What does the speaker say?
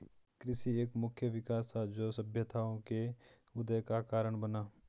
कृषि एक मुख्य विकास था, जो सभ्यताओं के उदय का कारण बना